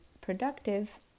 productive